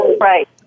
right